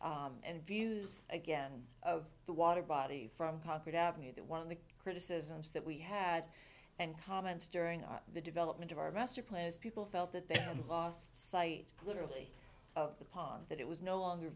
and views again of the water body from concord ave that one of the criticisms that we had and comments during the development of our master plan is people felt that their lost sight literally of the pond that it was no longer